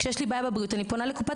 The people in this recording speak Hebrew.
כשיש לי בעיה עם הבריאות אני פונה לקופות